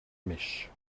mèche